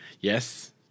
Yes